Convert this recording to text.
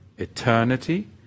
Eternity